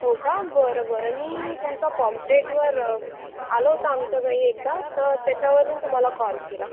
हो का बरं बरं मी तुमचा पॉम्प्लेटवर आलं होतं आमच्या घरी एकदा तर त्याच्यावरून तुम्हाला कॉल केला